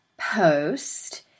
post